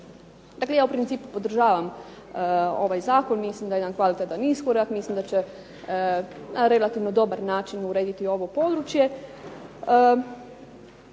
Dakle, ja u principu podržavam ovaj zakon, mislim da je jedan kvalitetan iskorak. Mislim da će na relativno dobar način urediti ovo područje.